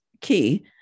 key